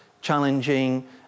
challenging